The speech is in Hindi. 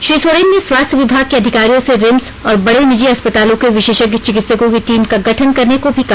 श्री सोरेन ने स्वास्थ्य विभाग के अधिकारियों से रिम्स और बड़े निजी अस्पतालों के विशेषज्ञ चिकित्सकों की टीम का गठन करने को भी कहा